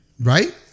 right